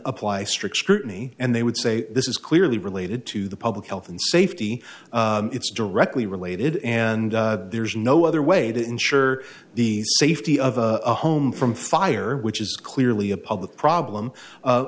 apply strict scrutiny and they would say this is clearly related to the public health and safety it's directly related and there's no other way to ensure the safety of a home from fire which is clearly a pub the problem u